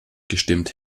gestimmt